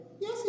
Yes